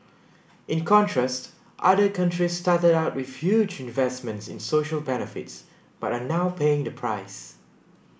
in contrast other countries started out with huge investments in social benefits but are now paying the price